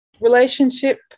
relationship